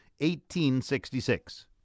1866